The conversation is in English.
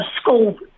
school